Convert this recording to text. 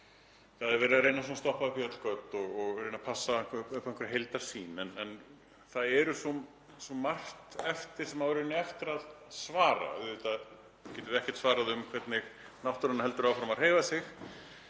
er verið að reyna að stoppa upp í öll göt og reyna að passa upp á einhverja heildarsýn en það er svo margt sem á eftir að svara. Auðvitað getum við ekkert svarað því hvernig náttúran heldur áfram að hreyfa sig